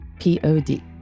P-O-D